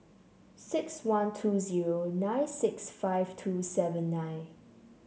six one two zero nine six five two seven nine